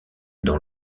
dans